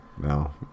no